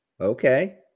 Okay